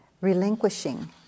Relinquishing